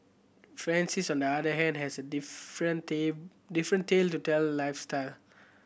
Francis on the other hand has a different tale to tell lifestyle